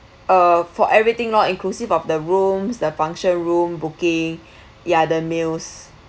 uh for everything loh inclusive of the rooms the function room booking ya the meals